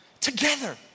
together